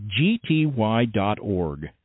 gty.org